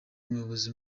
umuyobozi